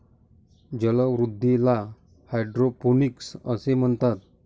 जलवृद्धीला हायड्रोपोनिक्स असे म्हणतात